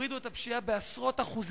הם הורידו את הפשיעה בעשרות אחוזים,